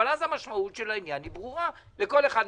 אבל אז המשמעות של העניין היא ברורה לכל אחד מאיתנו.